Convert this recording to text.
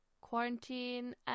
quarantine